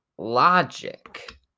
Logic